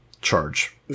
charge